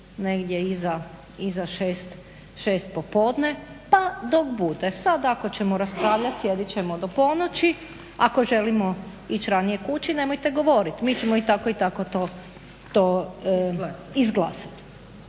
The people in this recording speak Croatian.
negdje iza 6 popodne pa dok bude. Sad ako ćemo raspravljati sjedit ćemo do ponoći, ako želimo ići ranije kući nemojte govoriti. Mi ćemo i tako i tako to izglasati.